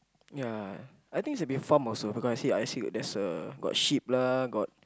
yeah I think it's be farm also because I see I see there's a got sheep lah got